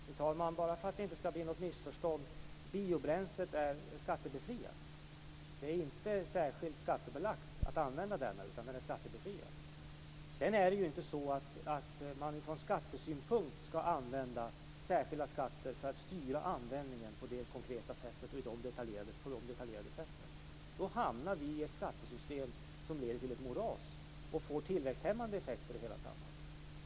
Fru talman! För att det inte skall bli något missförstånd vill jag säga följande. Biobränsle är skattebefriat. Det är alltså inte särskilt skattebelagt att använda det. Från skattesynpunkt skall man inte använda särskilda skatter för att styra användningen så konkret och detaljerat, för då hamnar vi i ett skattesystem som leder till ett moras. Detta får tillväxthämmande effekter i hela samhället.